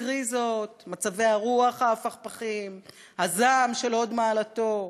הקריזות, מצבי הרוח ההפכפכים, הזעם של הוד מעלתו,